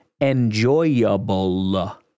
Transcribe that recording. enjoyable